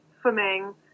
swimming